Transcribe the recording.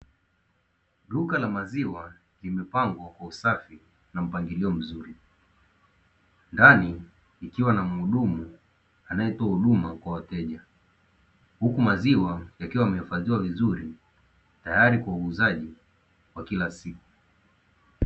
Duka la maziwa limepangwa kwa usafi na mpangilio mzuri ndani ikiwa na mhudumu anayetoa huduma kwa wateja, huku maziwa yakiwa yamehifadhiwa vizuri tayari kwa uuzaji wa kila siku.